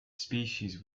species